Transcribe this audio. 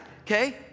okay